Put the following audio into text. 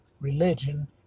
religion